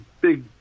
big